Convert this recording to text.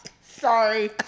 Sorry